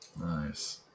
Nice